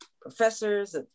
professors